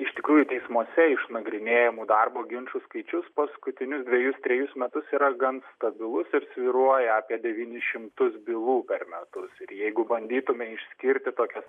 iš tikrųjų teismuose išnagrinėjamų darbo ginčų skaičius paskutinius dvejus trejus metus yra gan stabilus ir svyruoja apie devynis šimtus bylų per metus ir jeigu bandytume išskirti tokias